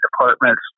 Department's